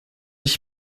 ich